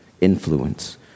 influence